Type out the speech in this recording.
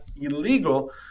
illegal